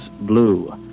Blue